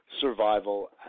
survival